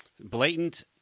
blatant